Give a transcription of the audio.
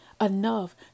Enough